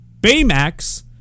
baymax